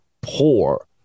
poor